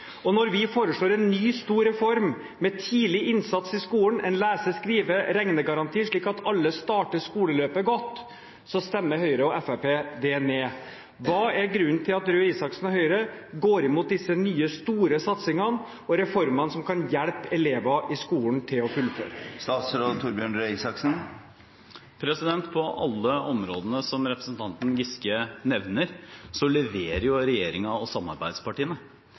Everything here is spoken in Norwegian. Når vi foreslår en ny stor reform med tidlig innsats i skolen, en lese-, skrive- og regnegaranti, slik at alle starter skoleløpet godt, stemmer Høyre og Fremskrittspartiet det ned. Hva er grunnen til at Røe Isaksen og Høyre går imot disse nye, store satsingene og reformene som kan hjelpe elever i skolen til å fullføre? På alle områdene som representanten Giske nevner, leverer regjeringen og samarbeidspartiene. Vi leverer bl.a. på å tette hullet mellom voksenrett og